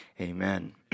amen